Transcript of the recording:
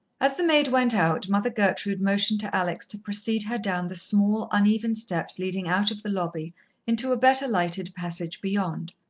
as the maid went out, mother gertrude motioned to alex to precede her down the small, uneven steps leading out of the lobby into a better-lighted passage beyond.